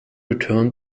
return